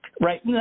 Right